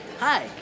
hi